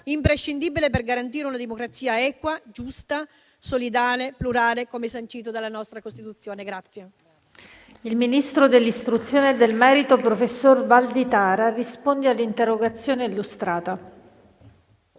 imprescindibile per garantire una democrazia equa, giusta, solidale e plurale, come sancito dalla nostra Costituzione. PRESIDENTE. Il ministro dell'istruzione e del merito, professor Valditara, ha facoltà di rispondere all'interrogazione testé illustrata,